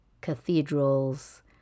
cathedrals